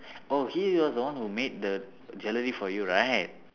oh he was the one who made the for you right